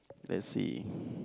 let's see